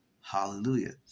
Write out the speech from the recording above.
Hallelujah